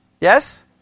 Yes